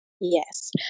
Yes